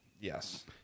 Yes